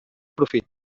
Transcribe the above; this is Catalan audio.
profit